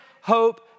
hope